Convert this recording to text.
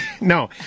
No